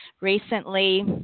recently